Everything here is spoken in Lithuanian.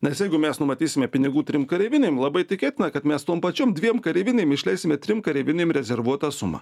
nes jeigu mes numatysime pinigų trim kareivinėm labai tikėtina kad mes tom pačiom dviem kareivinėm išleisime trim kareivinėm rezervuotą sumą